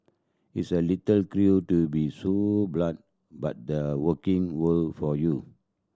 it's a little cruel to be so blunt but the working world for you